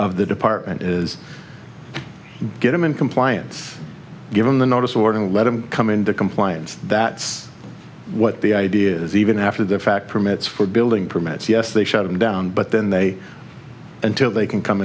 of the department is get them in compliance given the notice board and let them come into compliance that's what the idea is even after the fact permits for building permits yes they shut it down but then they until they can come